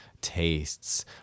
tastes